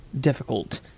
difficult